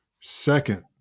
Second